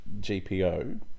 GPO